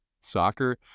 soccer